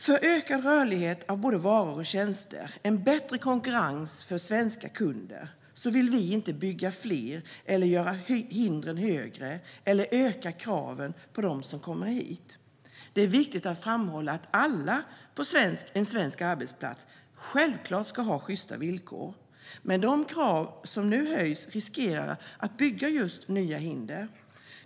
För ökad rörlighet för både varor och tjänster och en bättre konkurrens för svenska kunder vill vi inte bygga fler hinder eller göra dem högre, och vi vill inte öka kraven på dem som kommer hit. Det är viktigt att framhålla att alla på en svensk arbetsplats självklart ska ha sjysta villkor. De krav som nu höjs riskerar dock att just bygga nya hinder.